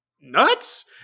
nuts